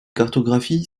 cartographie